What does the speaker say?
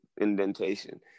indentation